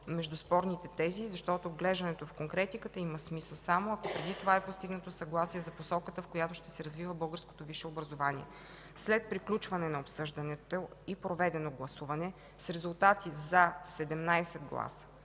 между спорните тези, защото вглеждането в конкретиката има смисъл само, ако преди това е постигнато съгласие за посоката, в която ще се развива българското висше образование. След приключване на обсъждането и проведено гласуване с резултати „за” – 17 гласа,